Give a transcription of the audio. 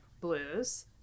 Blues*